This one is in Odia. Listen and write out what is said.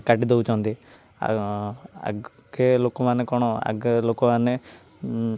କାଟି ଦଉଛନ୍ତି ଆଉ ଆଗକେ ଲୋକମାନେ କ'ଣ ଆଗେ ଲୋକମାନେ